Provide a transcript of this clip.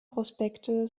prospekte